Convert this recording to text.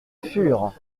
fur